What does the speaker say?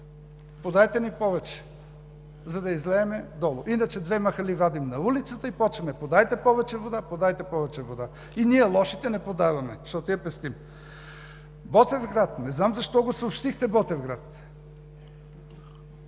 Подайте ни повече, за да излеем долу, иначе две махали вадим на улицата и започваме: подайте повече вода, подайте повече вода! И ние – лошите, не подаваме, защото я пестим. Ботевград. Не знам защо го съобщихте Ботевград.